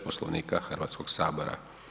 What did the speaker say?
Poslovnika Hrvatskoga sabora.